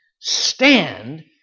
stand